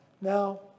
Now